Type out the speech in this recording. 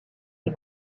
les